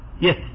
Yes